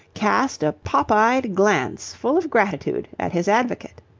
cast a pop-eyed glance full of gratitude at his advocate.